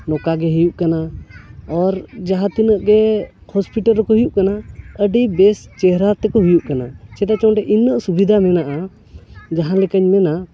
ᱱᱚᱝᱠᱟ ᱜᱮ ᱦᱩᱭᱩᱜ ᱠᱟᱱᱟ ᱟᱨ ᱡᱟᱦᱟᱸ ᱛᱤᱱᱟᱹᱜ ᱜᱮ ᱦᱚᱥᱯᱤᱴᱟᱞ ᱨᱮᱠᱚ ᱦᱩᱭᱩᱜ ᱠᱟᱱᱟ ᱟᱹᱰᱤ ᱵᱮᱥ ᱪᱮᱦᱨᱟ ᱛᱮᱠᱚ ᱦᱩᱭᱩᱜ ᱠᱟᱱᱟ ᱪᱮᱫᱟᱜ ᱪᱮ ᱚᱸᱰᱮ ᱤᱱᱟᱹᱜ ᱥᱩᱵᱤᱫᱷᱟ ᱢᱮᱱᱟᱜᱼᱟ ᱡᱟᱦᱟᱸ ᱞᱮᱠᱟᱧ ᱢᱮᱱᱟ